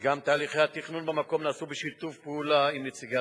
גם תהליכי התכנון במקום נעשו בשיתוף פעולה עם נציגי התושבים.